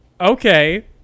Okay